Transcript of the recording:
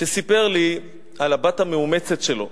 שסיפר לי על הבת המאומצת שלו,